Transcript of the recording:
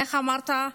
איך אמרת,